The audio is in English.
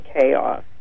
chaos